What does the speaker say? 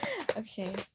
okay